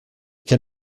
can